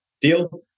deal